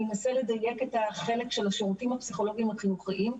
אני אנסה לדייק את החלק של השירותים הפסיכולוגים החינוכיים.